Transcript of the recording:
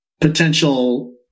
potential